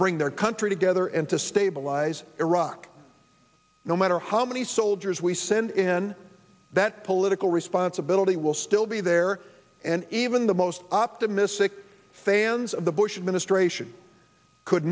bring their country together and to stabilize iraq no matter how many soldiers we send in that political responsibility will still be there and even the most optimistic fans of the bush administration could